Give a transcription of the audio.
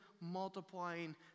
multiplying